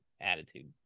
attitude